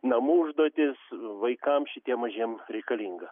namų užduotys vaikam šitiem mažiem reikalinga